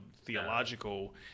theological